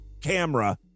camera